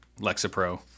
Lexapro